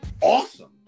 awesome